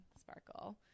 sparkle